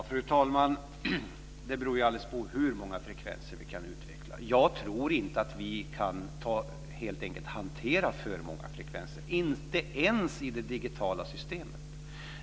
Fru talman! Det beror ju alldeles på hur många frekvenser vi kan utveckla. Jag tror helt enkelt inte att vi kan hantera för många frekvenser, inte ens i det digitala systemet.